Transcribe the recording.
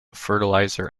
fertilizer